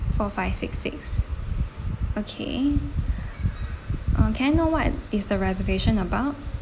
four five six six okay uh can I know what is the reservation about